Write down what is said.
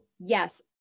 yes